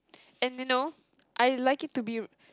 and you know I like it to be